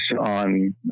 on